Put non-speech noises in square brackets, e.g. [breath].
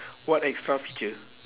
[breath] what extra feature